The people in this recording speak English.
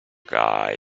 guy